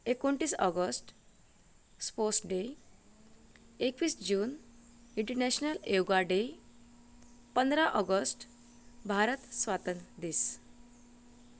एकोणतीस August sports day एकवीस June international yoga day पंदरा ऑगस्ट भारत स्वातंत्र्य दीस